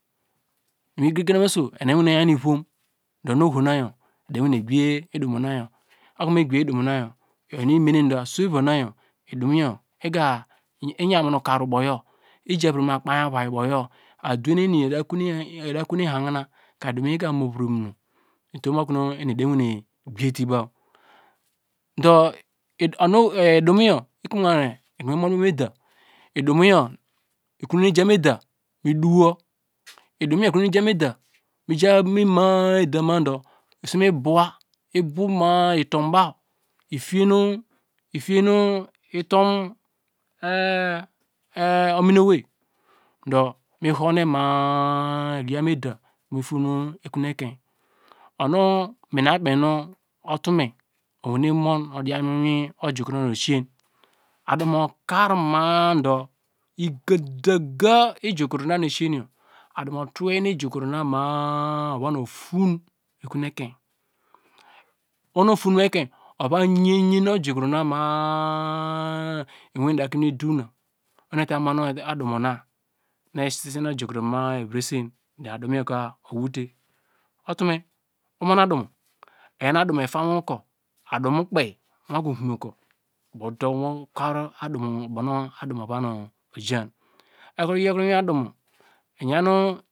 Miwin igriri gen nam oso enu eyan ivom do onu ohona yor edewene gbiye idumo na yor okonu me gbeyie idumo na yor iyor inu nu imemen du asu eva na yor idumoyor iga yan mu no ukar ubowyor ija vri ma akpei avai ubow yor adewe nu eni edeta kon ihahina ka idumo yor iga muvri utum okuno eni edewene gbiyetiba do idumo yor ikro mi gamu eda mi duwo idoimo ikro mi ijan yan ma- a eda madu mibowa ma- a utom ominoyi do mi hone ma- a midian mu eda mu to mu ekon ekein onu minaka kpei utume owene nun mu iwin ojukro nu minaka kpei utume oweni mun mu iwon ojukro nu esisen adumo ukar ma- a du igadaga ijokro nan esiyor nu aduma utuwe nu ijukro na ma- a ova nu ton ekon ekein oho nu ofon meku ekein oho nu ofon me ekein ova yan yan ojukro na ma- a iwin idakimmine dona oho nu eta mu adumu na nu eyi sisemu ojokro evresene a dumo yor ka owute uteme umun adumo ayan adumo etam ivom ukur adumu kpei owaki vome ukur but uder ukar adumo ubonu adume uvan ojan ekro yorkro mu iwin adumo iyan.